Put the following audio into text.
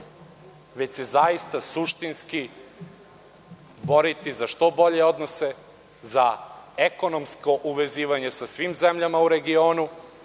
već se zaista suštinski boriti za što bolje odnose, za ekonomsko uvezivanje sa svim zemljama u regionu,